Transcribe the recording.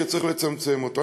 שצריך לצמצם אותו.